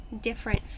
different